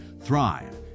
Thrive